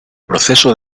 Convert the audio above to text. proceso